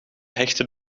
hechtte